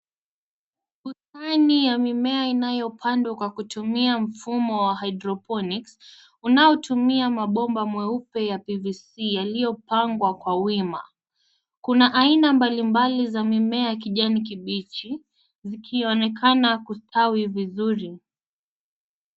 Kusani ya mimea inayopandwa kwa kutumia mfumo wa (cs)hydroponics(cs), unatumia mabomba meupe ya PVC, yaliyopangwa kwa wima. Kuna aina balimbali za mimea kijani kibichi, zikionekana kustawi vizuri.